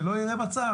שלא יהיה מצב,